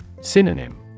Synonym